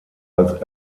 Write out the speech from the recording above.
als